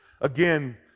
Again